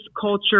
culture